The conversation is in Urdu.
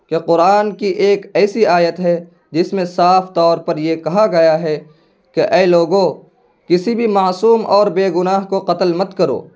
کہ قرآن کی ایک ایسی آیت ہے جس میں صاف طور پر یہ کہا گیا ہے کہ اے لوگوں کسی بھی معصوم اور بے گناہ کو قتل مت کرو